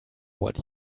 what